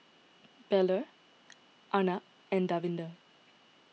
Bellur Arnab and Davinder